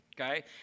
okay